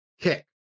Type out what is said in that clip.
Kick